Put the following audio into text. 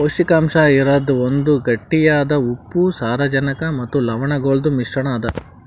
ಪೌಷ್ಟಿಕಾಂಶ ಇರದ್ ಒಂದ್ ಗಟ್ಟಿಯಾದ ಉಪ್ಪು, ಸಾರಜನಕ ಮತ್ತ ಲವಣಗೊಳ್ದು ಮಿಶ್ರಣ ಅದಾ